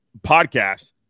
podcast